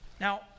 now